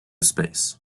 space